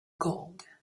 gold